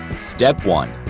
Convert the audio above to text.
step one.